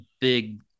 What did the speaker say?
big